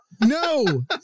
No